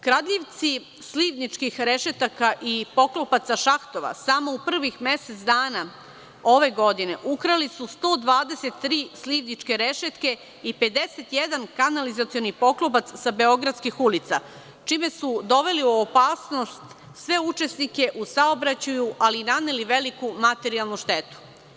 Kradljivci slivničkih rešetaka i poklopaca šahtova samo u prvih mesec dana ove godine ukrali su 123 slivničke rešetke i 51 kanalizacioni poklopac za beogradskih ulica, čime su doveli u opasnost sve učesnike u saobraćaju, ali i naneli veliku materijalnu štetu.